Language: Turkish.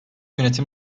yönetim